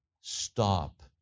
stop